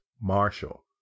Marshall